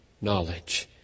knowledge